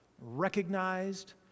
recognized